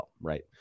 right